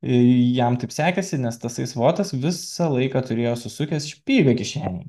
jam taip sekasi nes tasai svotas visą laiką turėjo susukęs špygą kišenėj